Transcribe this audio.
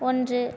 ஒன்று